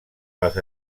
les